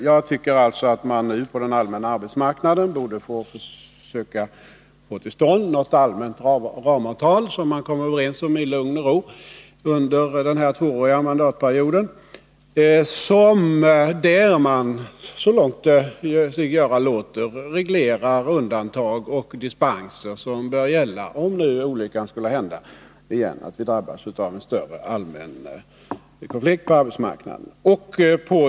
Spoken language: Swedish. Jag tycker alltså att man nu på den allmänna arbetsmarknaden borde försöka få till stånd något allmänt ramavtal, som man kommer överens om i lugn och ro under den här tvååriga mandatperioden och där man så långt sig göra låter reglerar undantag och dispenser, som bör gälla om nu olyckan skulle hända igen att vi drabbas av en större allmän konflikt på arbetsmarknaden.